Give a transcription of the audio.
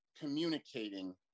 communicating